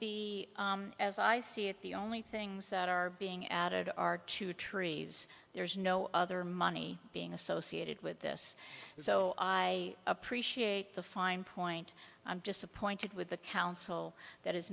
the as i see it the only things that are being added are two trees there's no other money being associated with this so i appreciate the fine point i'm just appointed with the council that is